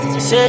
Say